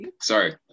Sorry